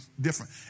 different